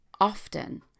often